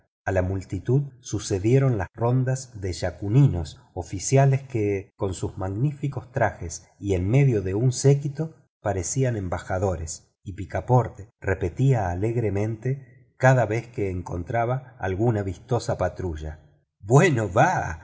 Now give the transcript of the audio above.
a la multitud sucedieron las rondas de yakuninos oficiales que con sus magníficos trajes y en medio de un séquito parecían embajadores y picaporte repetía alegremente cada vez que encontraba alguna vistosa patrulla bueno va